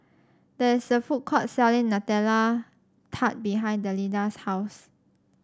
there is a food court selling Nutella Tart behind Delinda's house